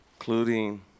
Including